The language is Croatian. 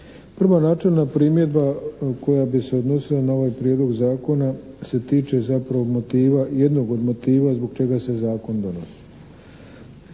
Prva načelna primjedba koja bi se odnosila na ovaj Prijedlog zakona se tiče zapravo motiva, jednog od motiva zbog čega se zakon donosi.